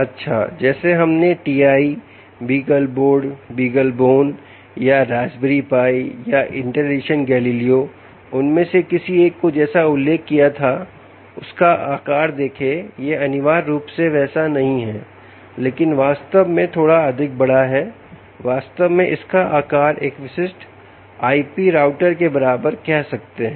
अच्छा जैसा हमने टीआई बीगलबोर्ड बीगलबोन या रास्पबेरी पाई या इंटेल एडिसन गैलीलियो उनमें से किसी एक को जैसा उल्लेख किया था उसका आकार देखें यह अनिवार्य रूप से वैसा नहीं है लेकिन वास्तव में थोड़ा अधिक बड़ा है वास्तव में इसका आकार एक विशिष्ट आईपी राउटर के बराबर कह सकते हैं